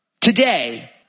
today